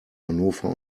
hannover